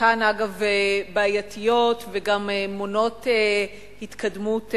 שחלקן בעייתיות ומונעות התקדמות,